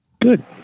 Good